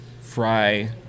fry